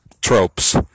tropes